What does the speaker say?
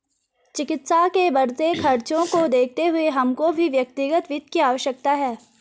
चिकित्सा के बढ़ते खर्चों को देखते हुए हमको भी व्यक्तिगत वित्त की आवश्यकता है